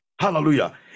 hallelujah